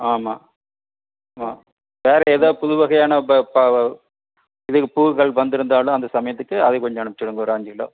ஆமாம் மா வேறு ஏதாது புது வகையான ப ப வ இதுக பூக்கள் வந்துருந்தாலும் அந்த சமயத்துக்கு அதையும் கொஞ்சம் அனுப்புச்சுடுங்க ஒரு அஞ்சு கிலோ